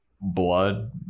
blood